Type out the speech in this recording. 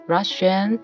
Russian